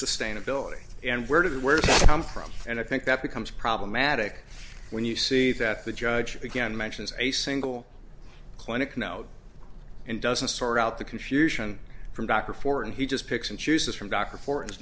sustainability and where do the words come from and i think that becomes problematic when you see that the judge again mentions a single clinic now and doesn't sort out the confusion from doctor for and he just picks and chooses from doctor for